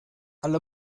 alle